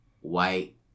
white